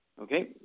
Okay